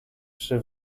mszy